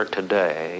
today